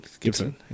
Gibson